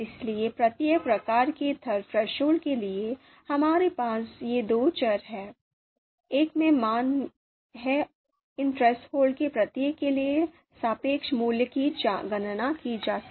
इसलिए प्रत्येक प्रकार के थ्रेशोल्ड के लिए हमारे पास ये दो चर हैं एक में मान हैं ताकि इन थ्रेसहोल्ड के प्रत्येक के लिए सापेक्ष मूल्य की गणना की जा सके